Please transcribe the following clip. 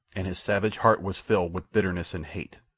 and his savage heart was filled with bitterness and hate.